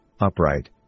upright